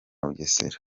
bugesera